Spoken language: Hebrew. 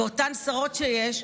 ואותן שרות שיש,